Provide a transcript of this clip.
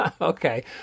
Okay